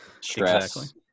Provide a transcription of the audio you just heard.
stress